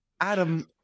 Adam